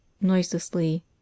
noiselessly